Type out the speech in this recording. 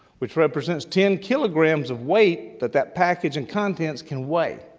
which represents ten kilograms of weight that that package and contents can weigh.